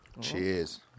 Cheers